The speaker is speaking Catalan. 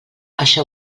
això